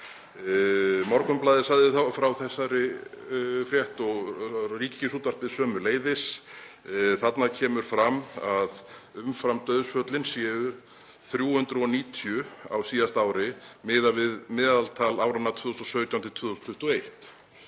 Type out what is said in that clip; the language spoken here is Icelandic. Morgunblaðið sagði frá þessari frétt og Ríkisútvarpið sömuleiðis. Þarna kemur fram að umfram dauðsföllin séu 390 á síðasta ári miðað við meðaltal áranna 2017–2021,